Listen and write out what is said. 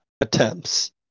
attempts